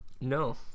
No